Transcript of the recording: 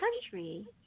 country